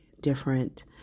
different